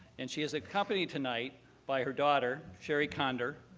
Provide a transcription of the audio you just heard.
and she is accompanied tonight by her daughter, sherry kondor,